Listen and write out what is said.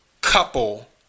couple